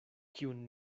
kiun